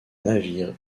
navire